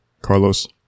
Carlos